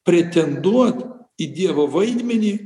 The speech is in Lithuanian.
pretenduot į dievo vaidmenį